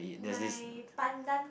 my pandan